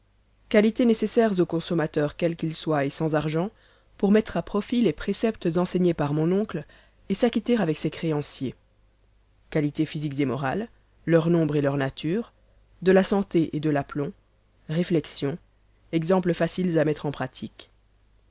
qualités nécessaires au consommateur quel qu'il soit et sans argent pour mettre à profit les préceptes enseignés par mon oncle et s'acquitter avec ses créanciers qualités physiques et morales leur nombre et leur nature de la santé et de l'aplomb réflexions exemples faciles à mettre en pratique